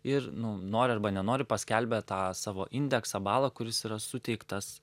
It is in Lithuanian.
ir nu nori arba nenori paskelbia tą savo indeksą balą kuris yra suteiktas